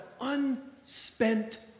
unspent